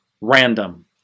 random